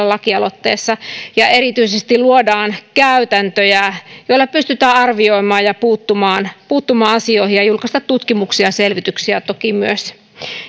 lakialoitteessa ja erityisesti luodaan käytäntöjä joilla pystytään arvioimaan ja puuttumaan puuttumaan asioihin ja julkaistaan tutkimuksia ja selvityksiä toki myös